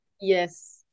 Yes